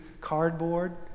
cardboard